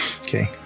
Okay